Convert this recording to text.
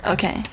Okay